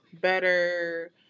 better